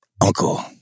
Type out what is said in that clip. uncle